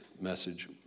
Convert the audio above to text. message